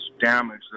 damage